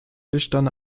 lichtern